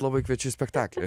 labai kviečiu į spektaklį